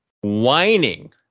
whining